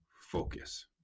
focus